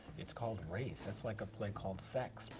it's called race. that's like a play called sex,